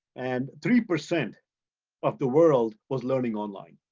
and three percent of the world was learning online.